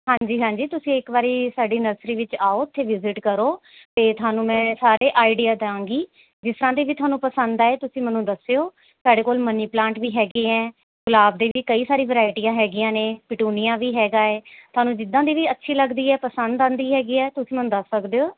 ਹਾਂਜੀ ਹਾਂਜੀ ਤੁਸੀਂ ਇੱਕ ਵਾਰੀ ਸਾਡੀ ਨਰਸਰੀ ਵਿੱਚ ਆਓ ਉੱਥੇ ਵਿਜ਼ਿਟ ਕਰੋ ਅਤੇ ਤੁਹਾਨੂੰ ਮੈਂ ਸਾਰੇ ਆਈਡੀਆ ਦਿਆਂਗੀ ਜਿਸ ਤਰ੍ਹਾਂ ਦੇ ਵੀ ਤੁਹਾਨੂੰ ਪਸੰਦ ਆਏ ਤੁਸੀਂ ਮੈਨੂੰ ਦੱਸਿਓ ਸਾਡੇ ਕੋਲ਼ ਮਨੀ ਪਲਾਂਟ ਵੀ ਹੈਗੇ ਐਂ ਗੁਲਾਬ ਦੇ ਵੀ ਕਈ ਸਾਰੀ ਵਰੈਟੀਆਂ ਹੈਗੀਆਂ ਨੇ ਪਿਟੋਨੀਆ ਵੀ ਹੈਗਾ ਏ ਤੁਹਾਨੂੰ ਜਿੱਦਾਂ ਦੀ ਵੀ ਅੱਛੀ ਲੱਗਦੀ ਹੈ ਪਸੰਦ ਆਉਂਦੀ ਹੈਗੀ ਹੈ ਤੁਸੀਂ ਮੈਨੂੰ ਦੱਸ ਸਕਦੇ ਹੋ